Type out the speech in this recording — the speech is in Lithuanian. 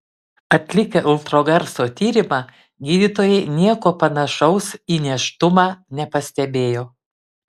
atlikę ultragarso tyrimą gydytojai nieko panašaus į nėštumą nepastebėjo